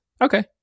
Okay